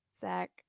Zach